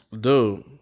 Dude